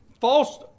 false